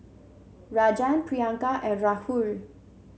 Rajan Priyanka and Rahul